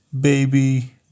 baby